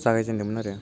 जागाय जेनदोंमोन आरो